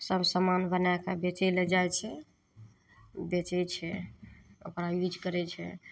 सब समान बनैके बेचै ले जाइ छै बेचै छै ओकरा यूज करै छै